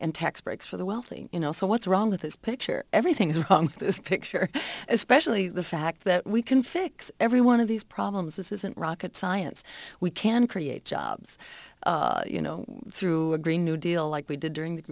and tax breaks for the wealthy you know so what's wrong with this picture everything's wrong with this picture especially the fact that we can fix every one of these problems this isn't rocket science we can create jobs you know through a green new deal like we did during